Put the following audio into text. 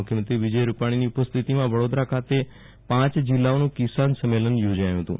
મુખ્યમંત્રી રૂપાણીની ઉપસ્થિતિમાં વડીદરા ખાતે પૌચ જિલ્લાઓનું કિસાન સંમેલનું થોજાયુ હતું